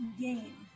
game